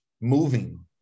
Moving